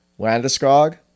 Landeskog